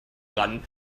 ran